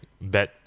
bad